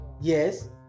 Yes